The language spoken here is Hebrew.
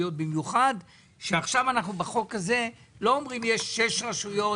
במיוחד כשבחוק הזה אנחנו לא אומרים שיש שש רשויות